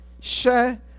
share